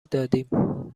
دادیم